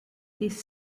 this